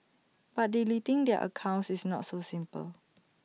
but deleting their accounts is not so simple